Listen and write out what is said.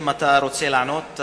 ואם אתה רוצה לענות,